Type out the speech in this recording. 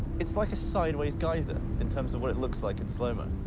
it's like a sideways geyser, in terms of what it looks like in slow-mo.